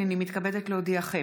הינני מתכבדת להודיעכם,